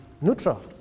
neutral